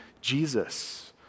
Jesus